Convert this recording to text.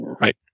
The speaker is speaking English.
right